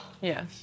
Yes